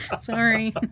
Sorry